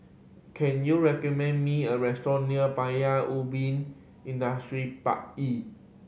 can you recommend me a restaurant near Paya Ubi Industrial Park E